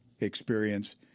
experience